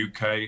UK